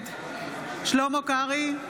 נגד שלמה קרעי,